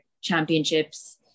Championships